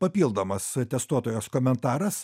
papildomas testuotojos komentaras